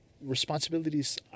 responsibilities